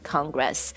Congress